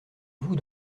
vous